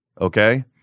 Okay